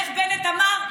איך בנט אמר?